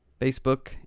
Facebook